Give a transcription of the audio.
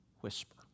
whisper